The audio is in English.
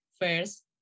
first